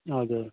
हजुर